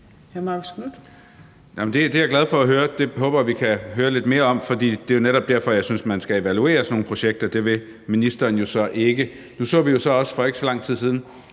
Det er jeg glad for at høre. Det håber jeg vi kan høre lidt mere om. Det er netop derfor, jeg synes, at man skal evaluere sådan nogle projekter, men det vil ministeren jo så ikke. Nu så vi så også for ikke så lang tid siden,